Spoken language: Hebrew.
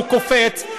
קופץ.